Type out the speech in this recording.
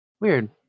weird